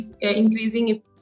increasing